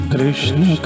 Krishna